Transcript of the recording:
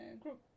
group